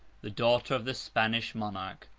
the daughter of the spanish monarch,